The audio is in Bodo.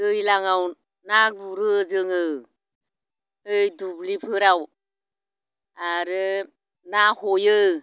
दैज्लाङाव ना गुरो जोङो ओइ दुब्लिफोराव आरो ना हयो